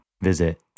visit